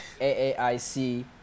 AAIC